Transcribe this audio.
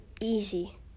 easy